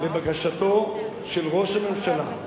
לבקשתו של ראש הממשלה,